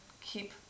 keep